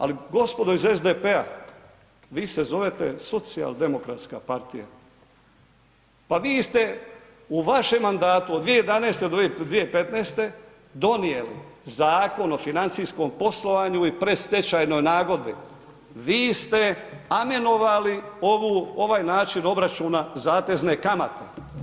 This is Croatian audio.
Ali gospodo iz SDP-a vi se zovete socijaldemokratska partija, pa vi ste, u vašem mandatu od 2011.-2015. donijeli Zakon o financijskom poslovanju i predstečajnoj nagodbi, vi ste amenovali ovaj način obračuna zatezne kamate.